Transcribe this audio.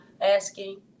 asking